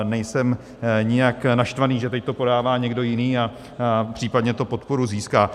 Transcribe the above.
Nejsem nijak naštvaný, že teď to podává někdo jiný a případně to podporu získá.